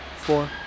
four